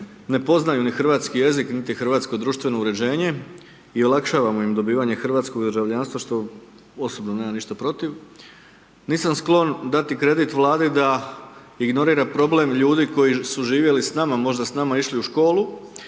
ne poznaju niti hrvatski jezik, niti hrvatsko društveno uređenje i olakšavamo im hrvatsko državljanstvo, što osobno nemam ništa protiv. Nisam sklon dati kredit vladi da ignorira problem ljudi koji su živjeli s nama, možda s nama išli u školi,